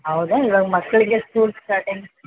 ಹೌದಾ ಇವಾಗ ಮಕ್ಕಳಿಗೆ ಸ್ಕೂಲ್ ಸ್ಟಾರ್ಟಿಂಗ್